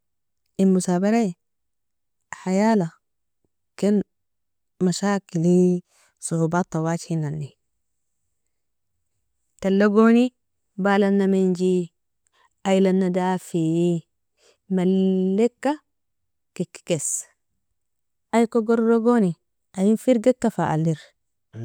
In مثابرة hayala ken mashakili soaobata wajihinanini, talagoni balanamenji, aylana daffi malika kikikis ay kogor goni ayin firgika fa aller.